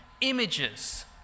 images